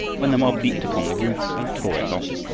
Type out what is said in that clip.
when the mob leaped upon the roof and tore it off,